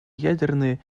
ядерные